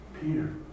Peter